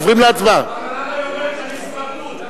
אבל למה היא אומרת שאני סמרטוט?